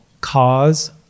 cause